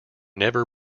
never